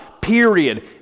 Period